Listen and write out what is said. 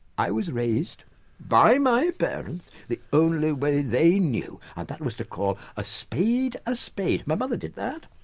i was raised by my parents the only way they knew. and that was to call a spade a spade. my mother did that.